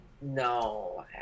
No